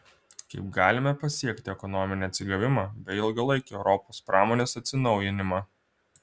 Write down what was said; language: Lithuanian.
kaip galime pasiekti ekonominį atsigavimą bei ilgalaikį europos pramonės atsinaujinimą